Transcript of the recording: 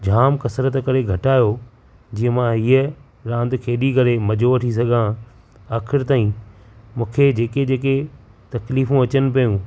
जाम कसरत करी घटायो जीअं मां हीअं रांदि खेॾी करे मज़ो वठी सघां आख़िर तांई मूंखे जेके जेके तकलीफ़ू अचनि पेयूं